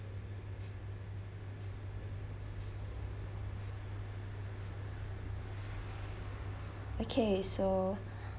okay so